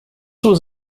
was